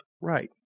Right